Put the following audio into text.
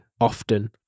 often